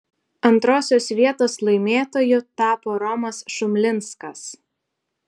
antrosios vietos laimėtoju tapo romas šumlinskas